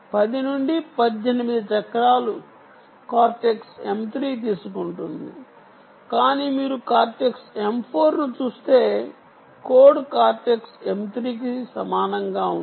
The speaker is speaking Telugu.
10 నుండి 18 చక్రాలు కార్టెక్స్ M 3 తీసుకుంటుంది కానీ మీరు కార్టెక్స్ M 4 ను చూస్తే కోడ్ కార్టెక్స్ M 3 కి సమానంగా ఉంటుంది